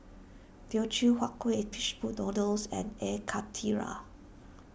Teochew Huat Kueh Fishball Noodles and Air Karthira